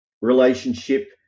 relationship